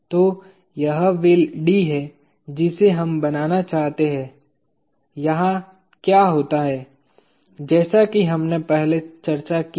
तो यह wheel D है जिसे हम बनाना चाहते हैंI यहां क्या होता है जैसा कि हमने पहले चर्चा की है